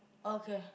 okay